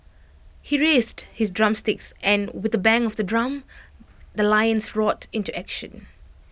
he raised his drumsticks and with A bang of the drum the lions roared into action